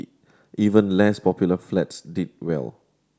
even less popular flats did well